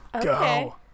Go